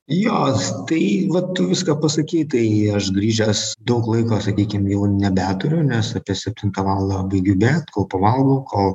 jos tai vat tu viską pasakei tai aš grįžęs daug laiko sakykim jau nebeturiu nes apie septintą valandą baigiu bėgt kol pavalgau kol